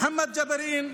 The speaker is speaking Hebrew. מוחמד ג'בארין,